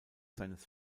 seines